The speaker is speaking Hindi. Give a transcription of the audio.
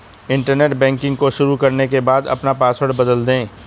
इंटरनेट बैंकिंग को शुरू करने के बाद अपना पॉसवर्ड बदल दे